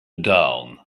dawn